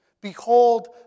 Behold